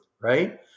right